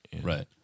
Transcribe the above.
Right